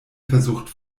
versucht